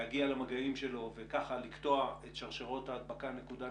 להגיע למגעים שלו וכך לקטוע את שרשראות ההדבקה נקודה,